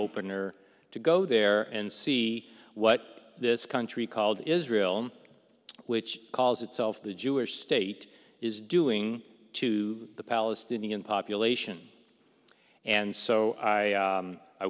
opener to go there and see what this country called israel which calls itself the jewish state is doing to the palestinian population and so i